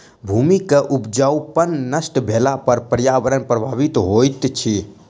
भूमि के उपजाऊपन नष्ट भेला पर पर्यावरण प्रभावित होइत अछि